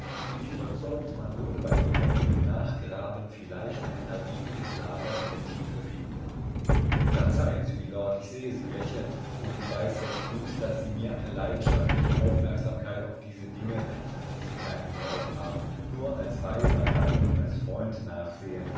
die mich überzeugt man würde bei so einigem nachgraben vielleicht ein ergiebiges lager in der tiefe finden verzeihen sie mylord ich sehe sie lächeln und weiß recht gut daß sie mir eine leidenschaftliche aufmerksamkeit auf diese dinge an die sie keinen glauben haben nur als weiser mann und als freund nachsehen